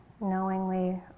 knowingly